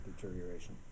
Deterioration